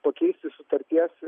pakeisti sutarties